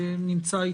והממשלה.